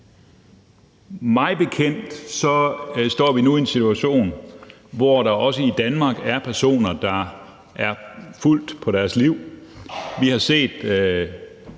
Mig bekendt står vi nu i en situation, hvor der også i Danmark er personer, der er truet på deres liv.